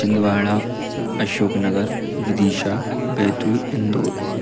Chhindwara Ashok Nagar Vidisha Betul Indore